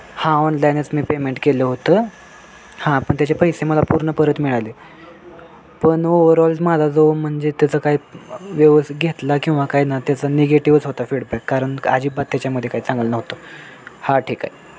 हां ऑनलाईनच मी पेमेंट केलं होतं हां पण त्याचे पैसे मला पूर्ण परत मिळाले पण ओव्हरऑलच मला जो म्हणजे त्याचा काय व्यवस्थित घेतला किंवा काय ना त्याचा निगेटिवच होता फीडबॅक कारण क अजिबात त्याच्यामध्ये काही चांगलं नव्हतं हा ठीक आहे